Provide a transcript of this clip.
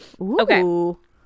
Okay